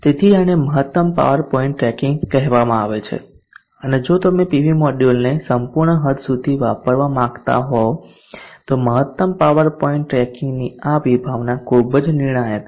તેથી આને મહત્તમ પાવર પોઇન્ટ ટ્રેકિંગ કહેવામાં આવે છે અને જો તમે પીવી મોડ્યુલને સંપૂર્ણ હદ સુધી વાપરવા માંગતા હોવ તો આ મહત્તમ પાવર પોઇન્ટ ટ્રેકિંગની આ વિભાવના ખૂબ જ નિર્ણાયક છે